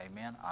Amen